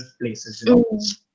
places